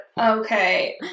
okay